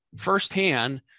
firsthand